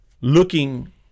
looking